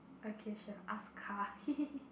okay sure ask car [hee] [hee] [hee]